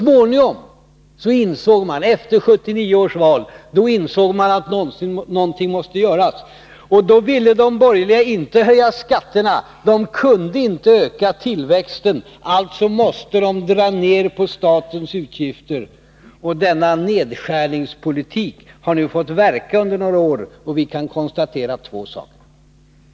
Man insåg så småningom efter 1979 års val att någonting måste göras. Då ville de borgerliga inte höja skatterna, och de kunde inte öka tillväxten. Alltså måste de dra ner på statens utgifter. Denna nedskärningspolitik har nu fått verka under några år, och vi kan konstatera två saker.